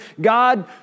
God